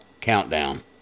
Countdown